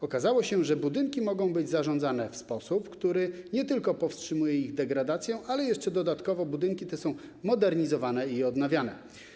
Okazało się, że budynki mogą być zarządzane w sposób, który nie tylko powstrzymuje ich degradację, ale który jeszcze dodatkowo sprawia, iż budynki te są modernizowane i odnawiane.